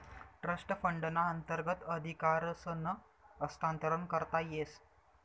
trust फंडना अंतर्गत अधिकारसनं हस्तांतरण करता येस